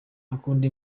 akunda